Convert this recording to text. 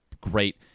great